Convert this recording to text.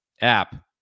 app